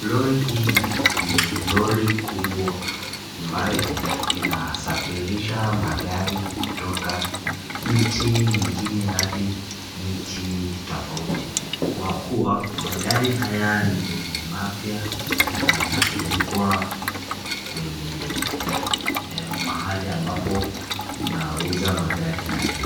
Lori hii ni lori kubwa ambayo inasafirisha magari kutoka nchi nyingine adi nchi tofauti. Kwa kuwa magari haya ni mapya na yanapelekwa kwenye mahali ambapo wanauza magari haya.